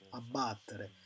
abbattere